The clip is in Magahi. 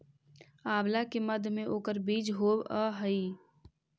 आंवला के मध्य में ओकर बीज होवअ हई